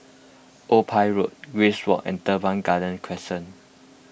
Old Pier Road Grace Walk and Teban Garden Crescent